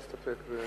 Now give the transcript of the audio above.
להסתפק?